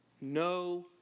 no